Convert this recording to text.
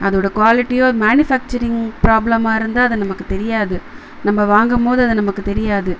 அதோடய குவாலிட்டியும் மேனிஃபெக்ட்ச்சரிங் ப்ராப்லமாக இருந்தால் அது நமக்கு தெரியாது நம்ம வாங்குமோது அது நமக்கு தெரியாது